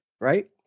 right